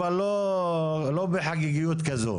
אבל לא בחגיגיות כזו.